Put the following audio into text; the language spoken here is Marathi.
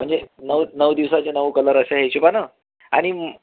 म्हणजे नऊ नऊ दिवसाचे नऊ कलर अशा हिशोबाने आणि म